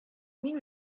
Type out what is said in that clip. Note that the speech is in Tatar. мин